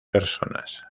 personas